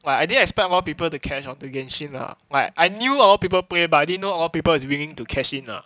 like I didn't expect more people to cash on to genshin lah like I knew hor people play but I didn't know a lot people is willing to cash in lah